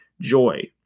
joy